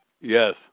Yes